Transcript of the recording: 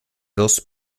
dos